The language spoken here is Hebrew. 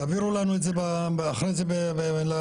תעבירו אלינו אחרי זה לוועדה,